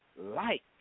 light